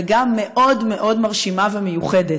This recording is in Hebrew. וגם מאוד מאוד מרשימה ומיוחדת,